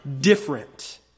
different